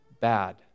bad